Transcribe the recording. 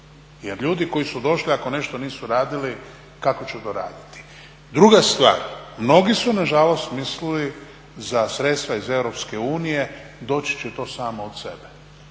Jer ljudi koji su došli ako nešto nisu radili kako će to raditi? Druga stvar, mnogi su nažalost mislili za sredstva iz EU doći će to samo od sebe.